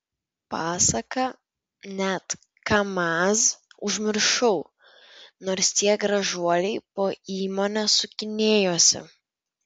pasaka net kamaz užmiršau nors tie gražuoliai po įmonę sukinėjosi